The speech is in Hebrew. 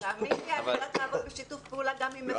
אנחנו זקוקים לנתונים.